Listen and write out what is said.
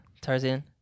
Tarzan